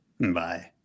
Bye